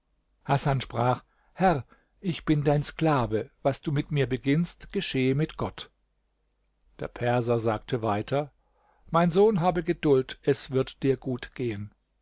hasan sprach herr ich bin dein sklave was du mit mir beginnst geschehe mit gott der perser sagte weiter mein sohn habe geduld es wird dir gut gehen